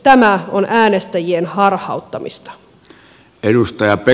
tämä on äänestäjien harhauttamista